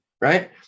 Right